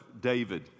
david